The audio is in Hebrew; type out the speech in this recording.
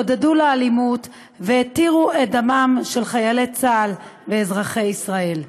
עודדו לאלימות והתירו את דמם של חיילי צה"ל ואזרחי ישראל.